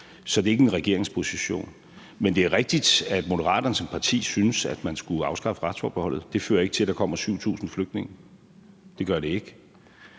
så det er ikke en regeringsposition. Men det er rigtigt, at Moderaterne som parti synes, at man burde afskaffe retsforbeholdet, men det fører ikke til, at der kommer 7.000 flygtninge – det gør det ikke